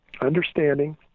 understanding